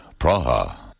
Praha